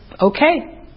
okay